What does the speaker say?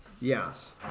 Yes